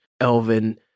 Elvin